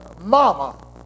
mama